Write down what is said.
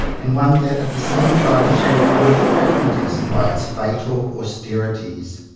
and one that, at the same time, shall annoy the pragmatist by its fatal austerities?